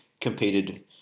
competed